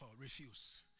Refuse